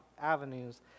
avenues